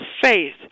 faith